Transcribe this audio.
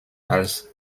als